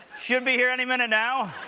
should be here any minute now.